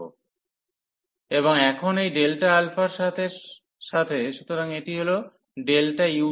ΔΦ αΔα αu1u2fx1dxf2αΔαu2αΔα u2 αf3αΔαu1αΔα u1 α এবং এখন এই Δα এর সাথে সুতরাং এটি হল u2